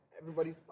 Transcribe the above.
Everybody's